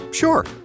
Sure